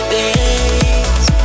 days